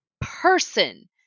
person